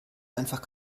einfach